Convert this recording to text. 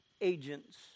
agents